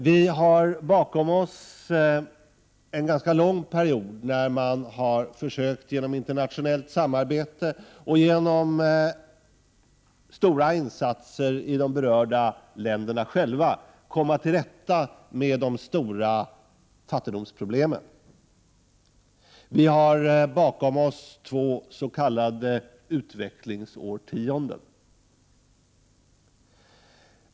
Vi har bakom oss en ganska lång period då man i de berörda länderna genom internationellt samarbete och genom stora insatser försökt komma till rätta med de stora fattigdomsproblemen. Vi har bakom oss två s.k. utvecklingsårtionden.